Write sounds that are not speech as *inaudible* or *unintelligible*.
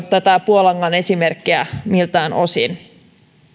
*unintelligible* tätä puolangan esimerkkiä miltään osin